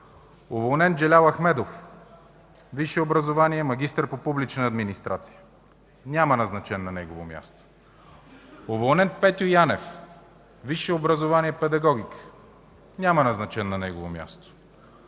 уволнен Джелял Ахмедов, висше образование – магистър по публична администрация, няма назначен на негово място; - уволнен Петьо Янев, висше образование – „Педагогика”, няма назначен на негово място;